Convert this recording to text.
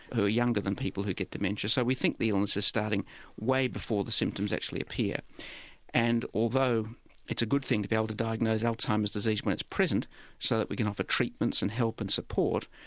who are younger than people who get dementia. so we think the illness is starting way before the symptoms actually appear and although it's a good thing to be able to diagnose alzheimer's disease when it's present so that we can offer treatments and help and support,